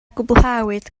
gwblhawyd